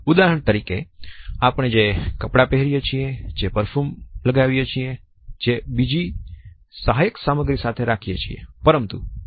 ઉદાહરણ તરીકે આપણે જે કપડાં પહેરીએ છીએ જે પરફ્યુમ લગાવ્યે છીએ જે બીજી સહાયક સામગ્રી સાથે રાખીએ છીએ